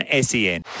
SEN